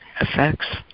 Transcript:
effects